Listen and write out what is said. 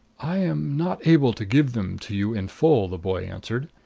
i am not able to give them to you in full, the boy answered.